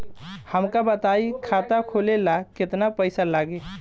हमका बताई खाता खोले ला केतना पईसा लागी?